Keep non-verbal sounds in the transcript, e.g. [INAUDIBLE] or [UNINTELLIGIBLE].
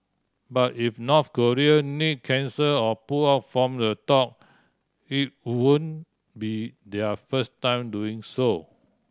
but if North Korea [UNINTELLIGIBLE] cancel or pull out from the talk it wouldn't be their first time doing so